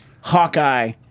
Hawkeye